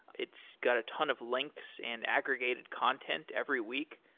it's got a tone of links and aggregated content every week.